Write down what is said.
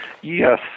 Yes